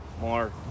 more